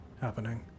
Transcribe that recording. happening